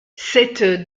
cette